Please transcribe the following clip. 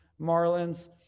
Marlins